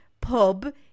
pub